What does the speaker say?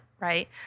right